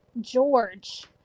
George